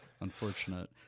Unfortunate